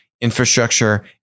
infrastructure